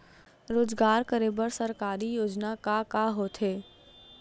रोजगार करे बर सरकारी योजना का का होथे?